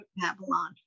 Babylon